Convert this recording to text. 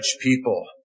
people